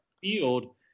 field